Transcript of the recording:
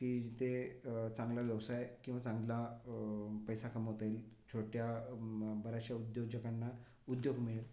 की जिथे चांगला व्यवसाय किंवा चांगला पैसा कमावता येईल छोट्या बऱ्याचशा उद्योजकांना उद्योग मिळेल